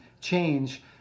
change